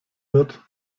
wird